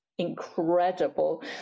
incredible